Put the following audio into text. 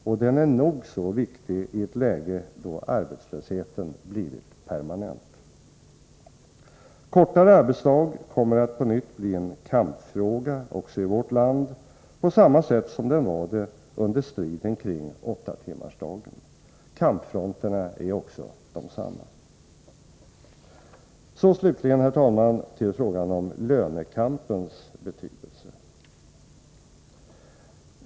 Och den är nog så viktig i ett läge då arbetslösheten blivit permanent. Kortare arbetsdag kommer att på nytt bli en kampfråga också i vårt land på samma sätt som den var det under striden kring åttatimmarsdagen. Kampfronterna är också desamma. | Slutligen, herr talman, till frågan om lönekampens betydelse.